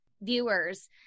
viewers